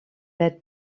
let